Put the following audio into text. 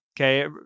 Okay